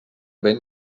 vent